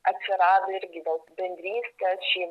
atsirado irgi gal bendrystės šeim